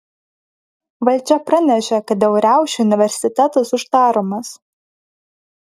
valdžia pranešė kad dėl riaušių universitetas uždaromas